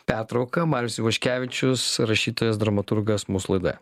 teatro auka marius ivaškevičius rašytojas dramaturgas mūsų laidoje